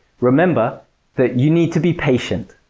remember that you need to be patient!